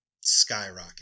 skyrocket